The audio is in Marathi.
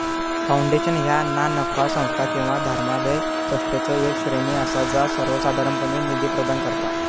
फाउंडेशन ह्या ना नफा संस्था किंवा धर्मादाय ट्रस्टचो येक श्रेणी असा जा सर्वोसाधारणपणे निधी प्रदान करता